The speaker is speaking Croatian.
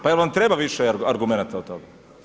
Pa jel' vam treba više argumenata od toga?